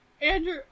Andrew